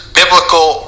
biblical